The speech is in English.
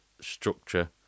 structure